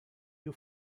più